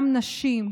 גם נשים,